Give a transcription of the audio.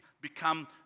become